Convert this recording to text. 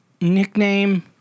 nickname